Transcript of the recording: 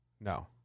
No